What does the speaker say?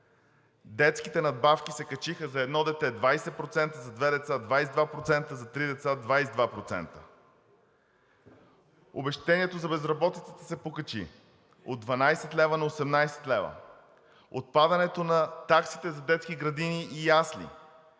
Детските надбавки се качиха за едно дете 20%, за две деца 22%, за три деца 22%. Обезщетението за безработицата се покачи от 12 лв. на 18 лв. Отпадането на таксите за детски градини и ясли.